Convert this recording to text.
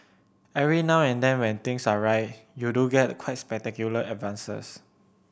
every now and then when things are right you do get quite spectacular advances